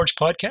Podcast